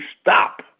stop